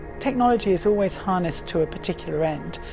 technology is always harnessed to a particular end.